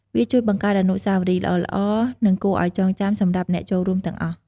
វាជួយបង្កើតអនុស្សាវរីយ៍ល្អៗ និងគួរឲ្យចងចាំសម្រាប់អ្នកចូលរួមទាំងអស់។